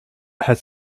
had